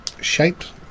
shaped